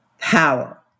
Power